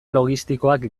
logistikoak